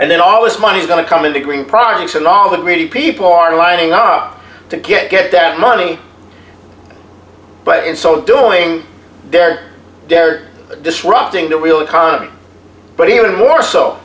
and then all this money is going to come into green projects and all that really people are lining up to get get that money but in so doing they're they're disrupting the real economy but even more so